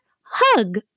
Hug